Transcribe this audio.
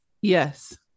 Yes